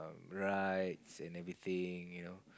rights and everything you know